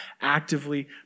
actively